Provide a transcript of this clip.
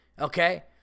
okay